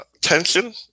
tension